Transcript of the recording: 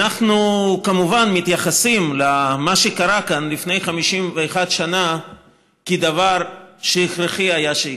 אנחנו כמובן מתייחסים למה שקרה כאן לפני 51 שנה כדבר שהכרחי היה שיקרה.